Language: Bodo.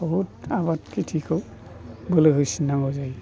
बुहुद आबाद खिथिखौ बोलो होसिननांगौ जायो